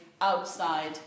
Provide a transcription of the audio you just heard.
outside